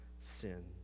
sin